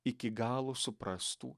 iki galo suprastų